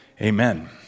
Amen